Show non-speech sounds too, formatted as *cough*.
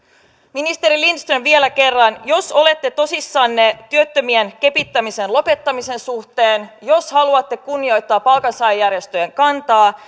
ministeri lindström vielä kerran jos olette tosissanne työttömien kepittämisen lopettamisen suhteen jos haluatte kunnioittaa palkansaajajärjestöjen kantaa *unintelligible*